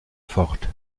fort